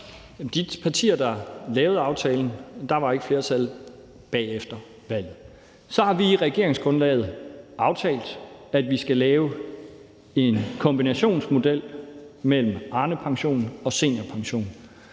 De partier, der lavede aftalen, havde ikke et flertal bag efter valget. Så har vi i regeringsgrundlaget aftalt, at vi skal lave en kombinationsmodel med Arnepensionen og seniorpensionen,